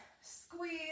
squeeze